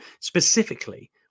specifically